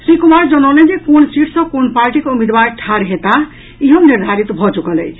श्री कुमार जनौलनि जे कोन सीट सँ कोट पार्टीक उम्मीदवार ठाढ़ होयताह इहो निर्धारित भऽ चुकल अछि